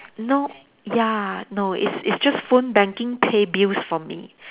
no ya no it's it's just phone banking pay bills for me